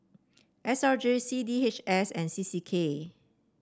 S R J C D H S and C C K